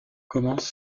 commence